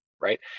Right